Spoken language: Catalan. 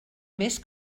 més